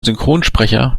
synchronsprecher